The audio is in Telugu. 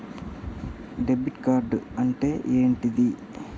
డెబిట్ కార్డ్ అంటే ఏంటిది?